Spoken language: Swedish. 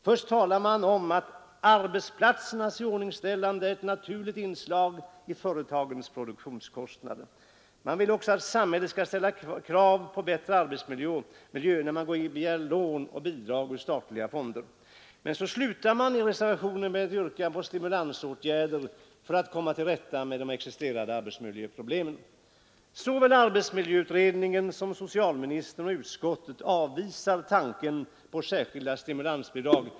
Först säger man: ”Arbetsplatsernas iordningställande är ett naturligt inslag i företagens produktionskostnader —— Man vill också att ”samhället ställer krav på företagen från ärbetsimiljösynpunkt vid lån eller bidrag ur olika statliga fonder”. Men sedan slutar reservationen med ett yrkande på stimulansåtgärder för att komma till rätta med de existerande arbetsmiljöproblemen. Såväl arbetsmiljöutredningen som socialministern och utskottsmajoriteten avvisar tanken på särskilda stimulansbidrag.